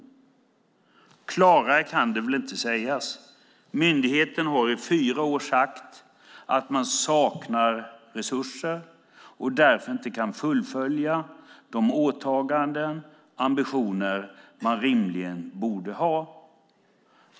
Klarare kan det väl inte sägas? Myndigheten har i fyra år sagt att de saknar resurser och därför inte kan fullfölja de åtaganden och ambitioner som de rimligen borde ha.